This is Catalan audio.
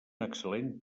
excel·lent